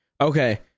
Okay